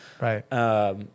Right